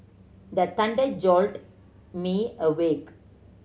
the thunder jolt me awake